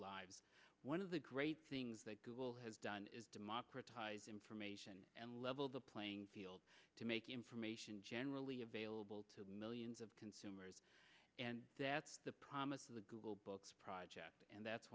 lives one of the great things that google has done is democratize information and level the playing field to make information generally available to millions of consumers and that's the promise of the google books project and that's